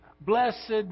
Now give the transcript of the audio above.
Blessed